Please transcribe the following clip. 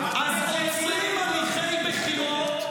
אז עוצרים הליכי בחירות,